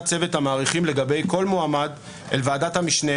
צוות המעריכים לגבי כל מועמד אל ועדת המשנה,